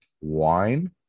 Wine